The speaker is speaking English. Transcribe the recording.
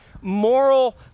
moral